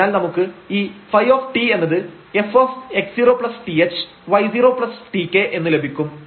അതിനാൽ നമുക്ക് ഈ ɸ എന്നത് fx0thy0tk എന്ന് ലഭിക്കും